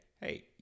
Hey